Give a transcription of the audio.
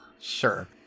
sure